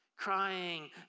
crying